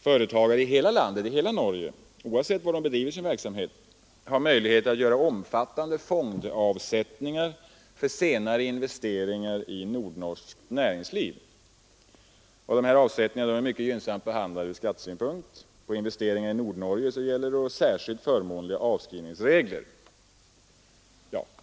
Företagare i hela Norge, oavsett var de bedriver sin verksamhet, har möjlighet att göra omfattande fondavsättningar för senare investeringar i nordnorskt näringsliv. De avsättningarna är mycket gynnsamt behandlade ur skattesynpunkt. För investeringar i Nordnorge gäller särskilt förmånliga avskrivningsregler.